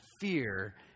fear